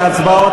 מהצבעות,